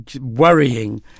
worrying